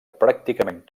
pràcticament